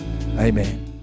Amen